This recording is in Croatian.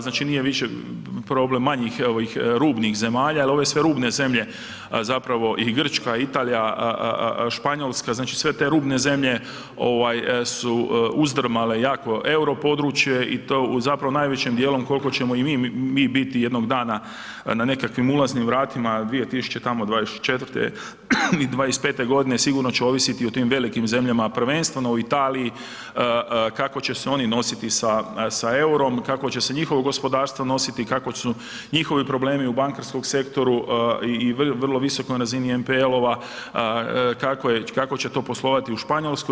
Znači nije više problem manjih ovih rubnih zemalja jer ove sve rubne zemlje zapravo i Grčka, Italija, Španjolska, znači sve te rubne zemlje ovaj su uzdrmale jako euro područje i to u zapravo najvećim dijelom koliko ćemo i mi biti jednog dana na nekakvim ulaznim vratima 2024. i '25. godine sigurno će ovisiti o tim velikim zemljama, prvenstveno o Italiji kako će se oni nositi sa eurom, kako će se njihovo gospodarstvo nositi, kakvi su njihovi problemi u bankarskom sektoru i vrlo visokoj razini NPL-ova kako će to poslovati u Španjolskoj.